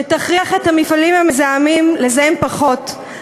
שתכריח את המפעלים המזהמים לזהם פחות,